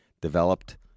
developed